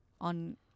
on